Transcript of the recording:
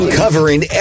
covering